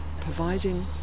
providing